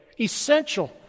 essential